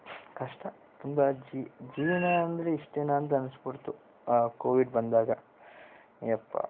ಕಷ್ಟ ತುಂಬ ಜೀವನ ಅಂದರೆ ಇಷ್ಟೇನ ಅಂತ ಅನ್ನಿಸ್ಬಿಡ್ತು ಆ ಕೋವಿಡ್ ಬಂದಾಗ ಯಪ್ಪಾ